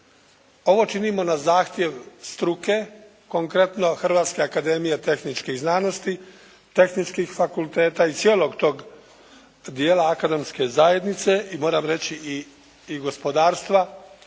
Ovo činimo na zahtjev struke, konkretno Hrvatske akademije tehničkih znanosti, tehničkih fakulteta i cijelog tog dijela akademske zajednice i moram reći i gospodarstva,